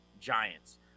Giants